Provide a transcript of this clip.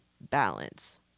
balance